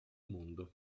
mondo